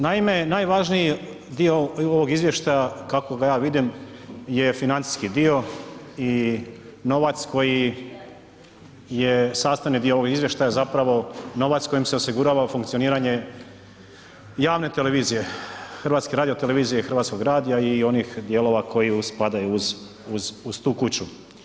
Naime, najvažniji dio ovog izvještaja kako ga ja vidim je financijski dio i novac koji je sastavni dio ovog izvještaja je zapravo novac kojim se osigurava funkcioniranje javne televizije, HRT-a i Hrvatskog radija i onih dijelova koji spadaju uz, uz, uz tu kuću.